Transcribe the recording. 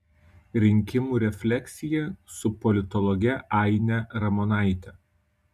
rinkimų refleksija su politologe aine ramonaite